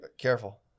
careful